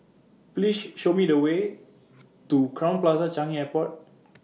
Please Show Me The Way to Crowne Plaza Changi Airport